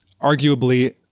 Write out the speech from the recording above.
arguably